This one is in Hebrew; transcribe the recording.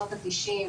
בשנות ה-90,